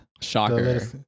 Shocker